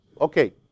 okay